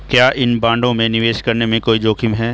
क्या इन बॉन्डों में निवेश करने में कोई जोखिम है?